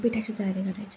पिठाची तयारी करायची